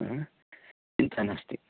आ चिन्ता नास्ति